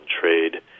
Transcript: trade